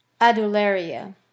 Adularia